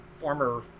former